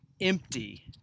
Empty